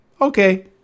okay